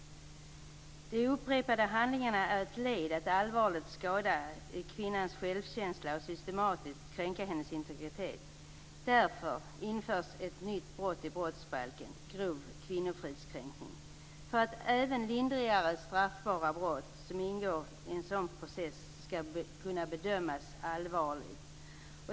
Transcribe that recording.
De upprepade handlingarna är ett led att allvarligt skada kvinnans självkänsla och systematiskt kränka hennes integritet. Därför införs ett nytt brott i brottsbalken, grov kvinnofridskränkning, för att även lindrigare straffbara brott som ingår i en sådan process skall kunna bedömas allvarligt.